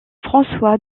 françois